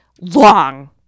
Long